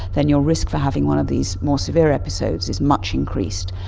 then your risk for having one of these more severe episodes is much increased.